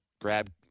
Grab